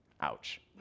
ouch